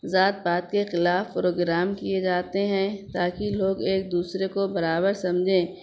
ذات پات کے خلاف پروگرام کیے جاتے ہیں تاکہ لوگ ایک دوسروں کو برابر سمجھیں